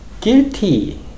guilty